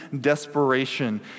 desperation